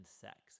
sex